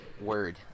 Word